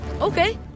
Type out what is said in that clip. Okay